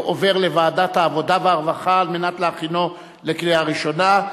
עובר לוועדת העבודה והרווחה על מנת להכינו לקריאה ראשונה.